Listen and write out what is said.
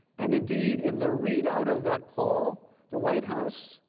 and indeed in the read-out of that call, the white house